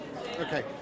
Okay